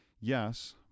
Yes